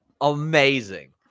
amazing